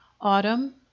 autumn